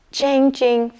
changing